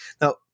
Now